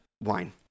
wine